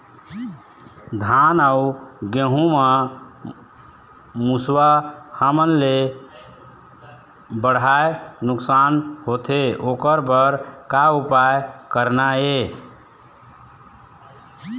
धान अउ गेहूं म मुसवा हमन ले बड़हाए नुकसान होथे ओकर बर का उपाय करना ये?